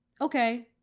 okay.